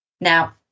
Now